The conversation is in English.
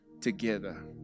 together